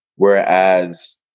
Whereas